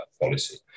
policy